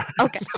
okay